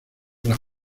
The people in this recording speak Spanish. las